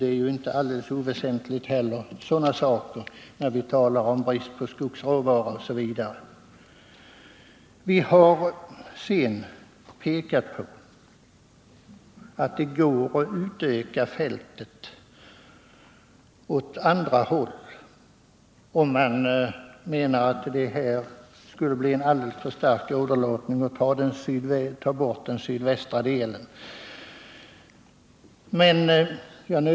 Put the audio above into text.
Det sista är inte oväsentligt i en tid när det talas om brist på skogsråvara. Vi har i motionen pekat på att det går att öka fältet åt andra håll, om man anser att det skulle bli för stor åderlåtning att ta bort den sydvästra delen.